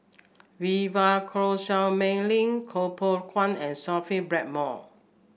Vivien Quahe Seah Mei Lin Koh Poh Koon and Sophia Blackmore